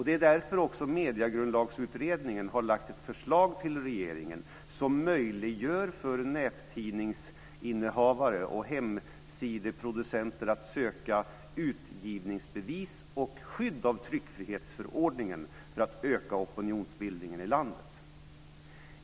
Det är också därför Mediegrundlagsutredningen har lagt fram ett förslag till regeringen som möjliggör för nättidningsinnehavare och hemsidesproducenter att söka utgivningsbevis och få skydd av tryckfrihetsförordningen. Det gör man för att öka opinionsbildningen i landet.